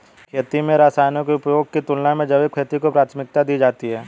खेती में रसायनों के उपयोग की तुलना में जैविक खेती को प्राथमिकता दी जाती है